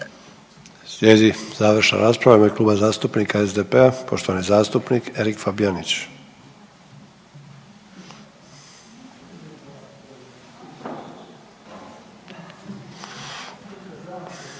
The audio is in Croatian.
Slijedi završna rasprava u ime Kluba zastupnika SDP-a, poštovani zastupnik Erik Fabijanić.